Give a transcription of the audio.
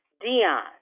Dion